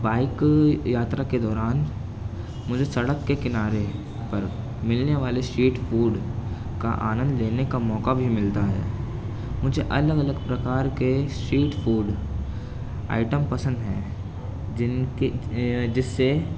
bike یاترا کے دوران مجھے سڑک کے کنارے پر ملنے والے سٹریٹ فوڈ کا آنند لینے کا موقع بھی ملتا ہے مجھے الگ الگ پرکار کے سٹریٹ فوڈ آئٹم پسند ہیں جن کی جس سے